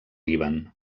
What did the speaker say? líban